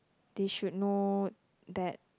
they should know that